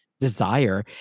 desire